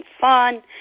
fun